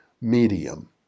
medium